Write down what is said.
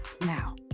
now